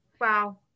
wow